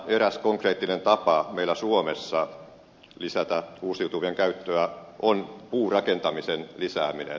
eräs konkreettinen tapa meillä suomessa lisätä uusiutuvien käyttöä on puurakentamisen lisääminen